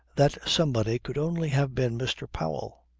that somebody could only have been mr. powell.